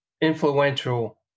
influential